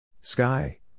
Sky